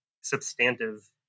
substantive